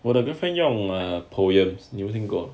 我的 girlfriend 用 POEMS 你有没有听过